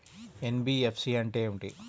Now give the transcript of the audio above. NBFC అంటే ఏమిటి?